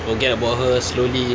forget about her slowly